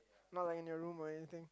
not like in a room or anything